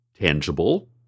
tangible